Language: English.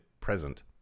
present